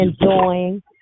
enjoying